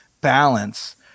balance